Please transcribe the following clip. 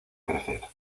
crecer